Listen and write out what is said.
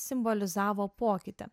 simbolizavo pokytį